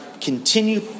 continue